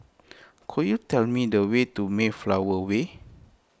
could you tell me the way to Mayflower Way